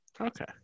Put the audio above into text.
Okay